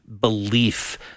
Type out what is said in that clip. belief